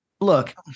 Look